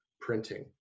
printing